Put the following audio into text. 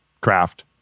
craft